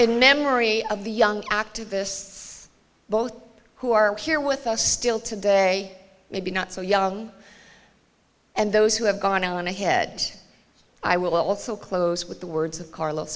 in memory of the young activists both who are here with us still today maybe not so young and those who have gone on ahead i will also close with the words of carlos